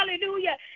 Hallelujah